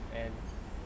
and